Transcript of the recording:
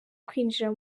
kwinjira